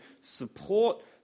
support